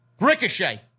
Ricochet